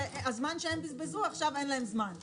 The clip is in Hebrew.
שעכשיו אין להם זמן אחרי שהם בזבזו זמן.